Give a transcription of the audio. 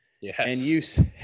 Yes